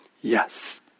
yes